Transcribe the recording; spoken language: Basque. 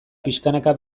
pixkanaka